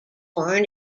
born